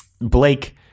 Blake